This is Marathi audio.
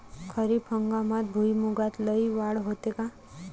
खरीप हंगामात भुईमूगात लई वाढ होते का?